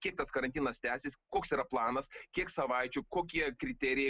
kiek tas karantinas tęsis koks yra planas kiek savaičių kokie kriterijai